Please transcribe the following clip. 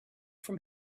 from